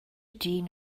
dyn